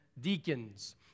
deacons